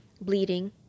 bleeding